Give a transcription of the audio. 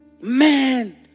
Man